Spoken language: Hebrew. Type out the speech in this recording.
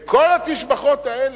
וכל התשבחות האלה,